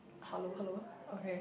hello hello okay